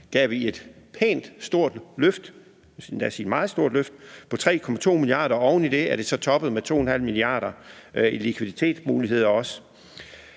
sige et meget stort løft – på 3,2 mia. kr. Oven i det er det så toppet med 2,5 mia. kr. i likviditetsmuligheder.